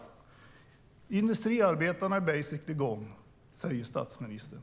Industriarbetarna är basically gone, säger statsministern.